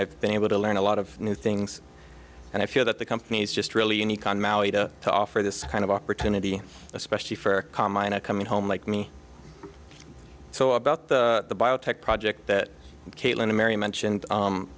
i've been able to learn a lot of new things and i feel that the company's just really unique on maui to offer this kind of opportunity especially for a common a coming home like me so about the biotech project that caitlin ameri mentioned